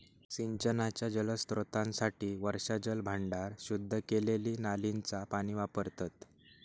सिंचनाच्या जलस्त्रोतांसाठी वर्षाजल भांडार, शुद्ध केलेली नालींचा पाणी वापरतत